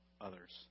others